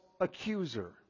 accuser